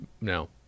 no